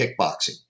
kickboxing